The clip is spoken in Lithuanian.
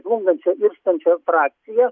žlungančią irstančią frakciją